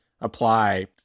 apply